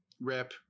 rep